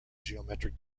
geometric